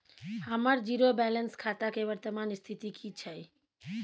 हमर zero balance खाता के वर्तमान स्थिति की छै?